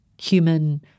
human